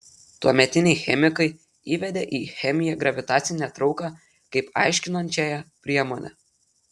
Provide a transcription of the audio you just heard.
tuometiniai chemikai įvedė į chemiją gravitacinę trauką kaip aiškinančiąją priemonę